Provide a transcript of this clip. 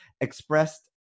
expressed